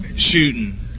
Shooting